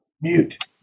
Mute